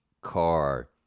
car